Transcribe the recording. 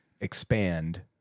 expand